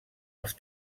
els